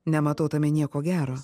nematau tame nieko gero